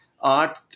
art